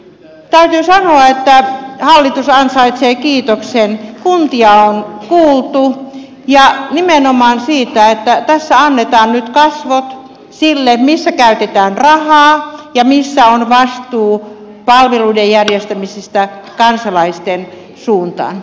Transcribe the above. täytyy sanoa että hallitus ansaitsee kiitoksen kuntia on kuultu ja nimenomaan siitä että tässä annetaan nyt kasvot sille missä käytetään rahaa ja missä on vastuu palveluiden järjestämisestä kansalaisten suuntaan